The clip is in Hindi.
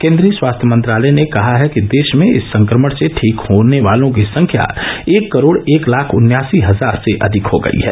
केन्द्रीय स्वास्थ्य मंत्रालय ने कहा है कि देश में इस संक्रमण से ठीक होने वालों की संख्या एक करोड़ एक लाख उन्यासी हजार से अधिक हो गई है